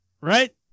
right